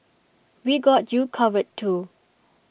we got you covered too